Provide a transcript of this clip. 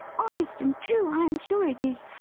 honest and true, i am sure it is.